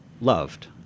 loved